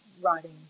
writing